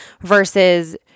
versus